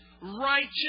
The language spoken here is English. righteous